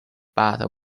but